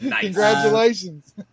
congratulations